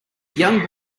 young